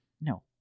No